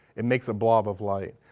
it makes a blob of light.